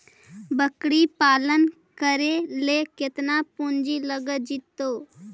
बकरी पालन करे ल केतना पुंजी लग जितै?